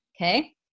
Okay